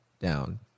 down